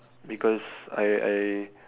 because I I